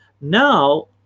Now